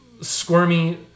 squirmy